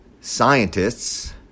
scientists